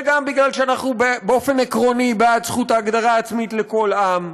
וגם בגלל שאנחנו באופן עקרוני בעד זכות ההגדרה העצמית לכל עם,